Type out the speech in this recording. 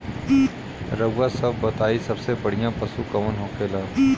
रउआ सभ बताई सबसे बढ़ियां पशु कवन होखेला?